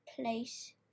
place